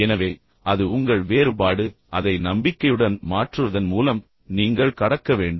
எனவே அது உங்கள் வேறுபாடு அதை நம்பிக்கையுடன் மாற்றுவதன் மூலம் நீங்கள் கடக்க வேண்டும்